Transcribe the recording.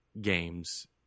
games